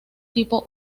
tipo